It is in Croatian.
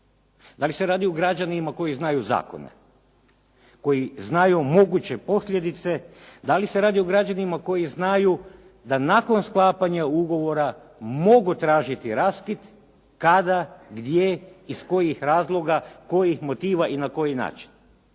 Da li se radi o građanima koji znaju zakone, koji znaju moguće posljedice, da li se radi o građanima koji znaju da nakon sklapanja ugovora mogu tražiti raskid, kada, gdje iz kojih razlog, kojih motiva i na koji način?